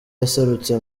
yaserutse